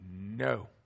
No